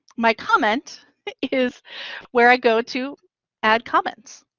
my comment is where i go to add comments.